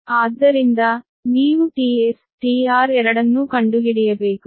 ಆದ್ದರಿಂದ ನೀವು ts tr ಎರಡನ್ನೂ ಕಂಡುಹಿಡಿಯಬೇಕು